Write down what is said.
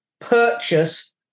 purchase